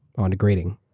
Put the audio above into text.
on to grading.